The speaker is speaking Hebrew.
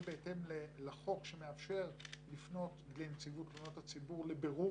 בהתאם לחוק שמאפשר לפנות לנציבות תלונות הציבור לבירור